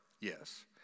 Yes